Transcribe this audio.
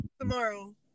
tomorrow